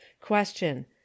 Question